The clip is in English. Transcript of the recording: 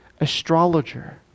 astrologer